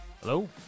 Hello